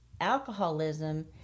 alcoholism